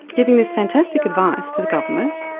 giving this fantastic advice to the government,